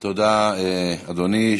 תודה, אדוני.